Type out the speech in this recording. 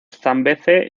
zambeze